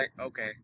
okay